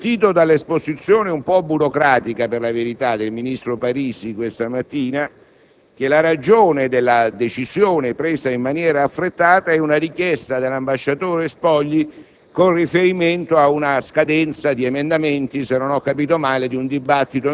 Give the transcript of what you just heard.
Non è questo il punto: il punto è come si sta nell'alleanza. Essa non ci obbligava e non ci obbliga affatto ad assentire alla decisione di trasferire a Vicenza la Brigata aeronavale, attualmente stanziata in Germania.